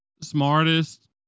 smartest